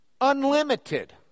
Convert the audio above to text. unlimited